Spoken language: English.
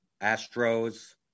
Astros